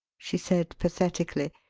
she said pathetically.